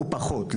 או פחות,